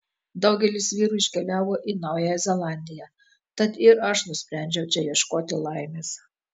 daugelis vyrų iškeliavo į naująją zelandiją tad ir aš nusprendžiau čia ieškoti laimės